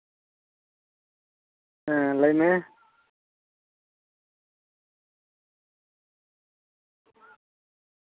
ᱦᱮᱸ ᱞᱟᱹᱭ ᱢᱮ